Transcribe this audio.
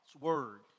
word